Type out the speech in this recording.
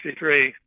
1963